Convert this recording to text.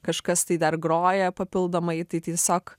kažkas tai dar groja papildomai tai tiesiog